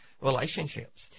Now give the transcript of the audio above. relationships